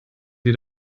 sie